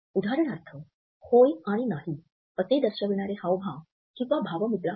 उदाहरणार्थ होय आणि नाही असे दर्शविणारे हावभाव किंवा भावमुद्रा आहेत